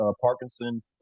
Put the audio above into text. Parkinson